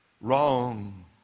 wrong